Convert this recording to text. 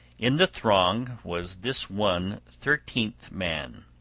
in the throng was this one thirteenth man,